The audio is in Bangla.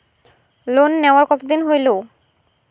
লোন নেওয়ার কতদিন হইল?